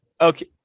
Okay